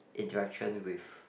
interaction with